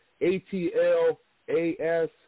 A-T-L-A-S